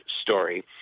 story